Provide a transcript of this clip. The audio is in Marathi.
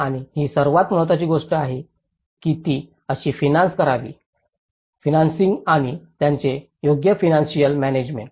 आणि ही सर्वात महत्त्वाची गोष्ट आहे की ती कशी फिनान्स करावी फीनंसिन्ग आणि त्याचे योग्य फीनंसिअल मॅनॅजमेण्ट